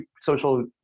social